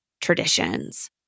traditions